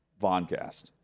Voncast